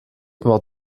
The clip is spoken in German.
war